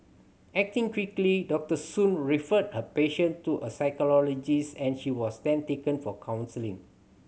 acting quickly Doctor Soon referred her patient to a psychologist and she was then taken for counselling